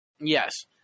Yes